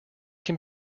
can